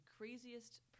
craziest